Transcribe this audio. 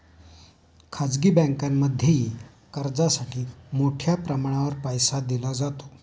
खाजगी बँकांमध्येही कर्जासाठी मोठ्या प्रमाणावर पैसा दिला जातो